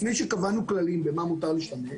לפני שקבענו כללים במה מותר להשתמש,